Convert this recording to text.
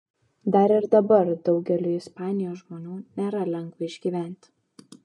dar ir dabar daugeliui ispanijos žmonių nėra lengva išgyventi